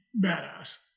badass